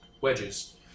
wedges